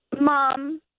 Mom